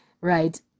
Right